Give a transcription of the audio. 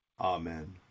Amen